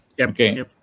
Okay